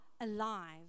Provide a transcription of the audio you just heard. alive